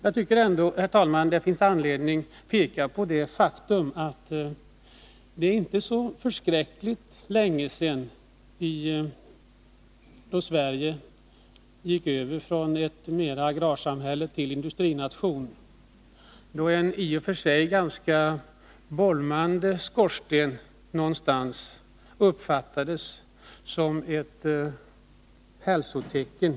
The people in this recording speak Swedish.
Jag tycker ändå, herr talman, att det finns anledning att peka på det faktum att det inte är så förskräckligt länge sedan vi i Sverige gick över från ett agrarsamhälle till att bli en industrination. En i och för sig ganska kraftigt bolmande skorsten på en ort uppfattades då som ett hälsotecken.